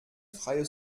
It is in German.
freie